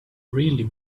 really